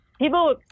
People